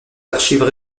archives